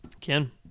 Ken